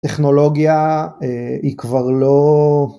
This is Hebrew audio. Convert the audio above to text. טכנולוגיה היא כבר לא...